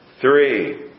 three